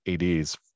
AD's